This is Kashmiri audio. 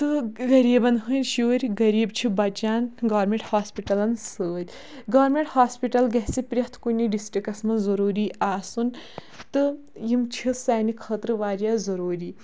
تہٕ غریٖبَن ہٕنٛدۍ شُرۍ غریٖب چھِ بَچان گورمنٹ ہاسپِٹَلن سۭتۍ گوَرنمنٹ ہاسپِٹَل گَژھِ پرٛٮ۪تھ کُنہِ ڈِسٹِکَس منٛز ضوٚروٗری آسُن تہٕ یِم چھِ سانہِ خٲطرٕ واریاہ ضوٚروٗری